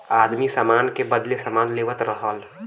आदमी सामान के बदले सामान लेवत रहल